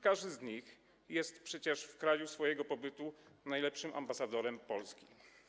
Każdy z nich jest przecież w kraju swojego pobytu najlepszym ambasadorem Polski.